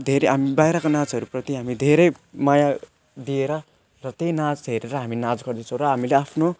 धेरै हामी बाहिरको नाचहरूप्रति हामी धेरै माया दिएर र त्यही नाच हेरेर हामी नाच गर्दैछौँ र हामीले आफ्नो